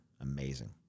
amazing